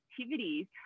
activities